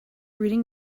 reading